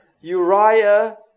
Uriah